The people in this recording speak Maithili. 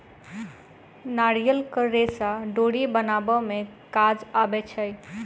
नारियलक रेशा डोरी बनाबअ में काज अबै छै